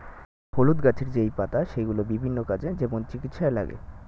হলুদ গাছের যেই পাতা সেগুলো বিভিন্ন কাজে, যেমন চিকিৎসায় লাগে